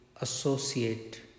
associate